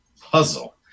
puzzle